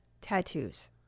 tattoos